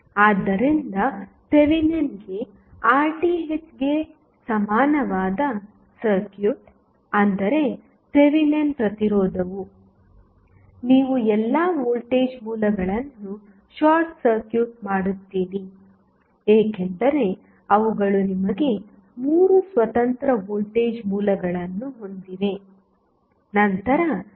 ಆದ್ದರಿಂದ ಥೆವೆನಿನ್ಗೆ RThಗೆ ಸಮಾನವಾದ ಸರ್ಕ್ಯೂಟ್ ಅಂದರೆ ಥೆವೆನಿನ್ ಪ್ರತಿರೋಧವು ನೀವು ಎಲ್ಲಾ ವೋಲ್ಟೇಜ್ ಮೂಲಗಳನ್ನು ಶಾರ್ಟ್ ಸರ್ಕ್ಯೂಟ್ ಮಾಡುತ್ತೀರಿ ಏಕೆಂದರೆ ಅವುಗಳು ನಿಮಗೆ 3 ಸ್ವತಂತ್ರ ವೋಲ್ಟೇಜ್ ಮೂಲಗಳನ್ನು ಹೊಂದಿವೆ